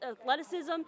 athleticism